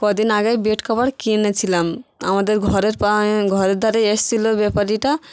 কদিন আগেই bed cover কিনেছিলাম আমাদের ঘরের পাশে ঘরের ধারে এসেছিল ব্যাপারীটা